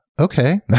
okay